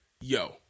yo